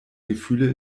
gefühle